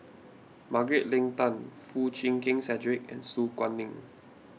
Margaret Leng Tan Foo Chee Keng Cedric and Su Guaning